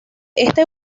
este